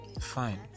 fine